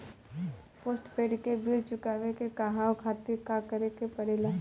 Postpaid के bill चुकावे के कहवा खातिर का करे के पड़ें ला?